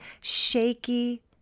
shaky